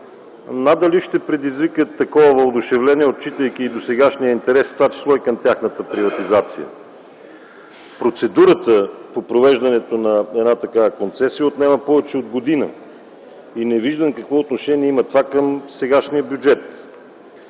надали ще предизвикат такова въодушевление, отчитайки досегашния интерес, в това число и към тяхната приватизация. Процедурата по провеждането на една такава концесия отнема повече от година и не виждам какво отношение има това към сегашния бюджет.